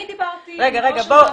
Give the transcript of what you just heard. אני דיברתי עם ראש המחלקה --- רגע,